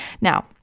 Now